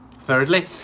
Thirdly